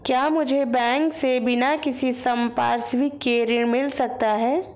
क्या मुझे बैंक से बिना किसी संपार्श्विक के ऋण मिल सकता है?